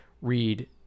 read